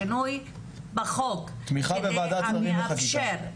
שינוי בחוק המאפשר --- תמיכה בוועדת שרים לחקיקה.